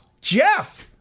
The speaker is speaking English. Jeff